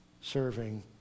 serving